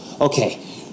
Okay